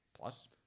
Plus